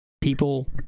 People